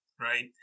right